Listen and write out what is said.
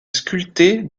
sculptée